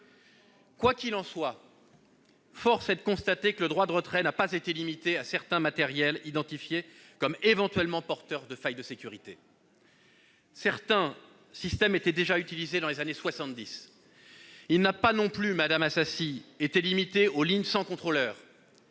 Quoi qu'il en soit, force est de constater que le droit de retrait n'a pas été limité à certains matériels identifiés comme éventuellement porteurs de failles de sécurité- certains systèmes étaient déjà utilisés dans les années 1970. Il n'a pas été limité non plus, madame Assassi, aux lignes sans contrôleur